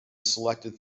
selected